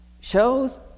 shows